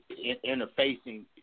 interfacing